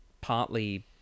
Partly